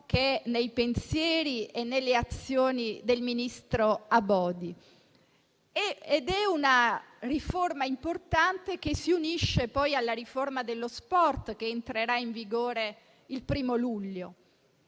com'è nei pensieri e nelle azioni del ministro Abodi. È una riforma importante, che si unisce a quelle dello sport, che entrerà in vigore il 1° luglio.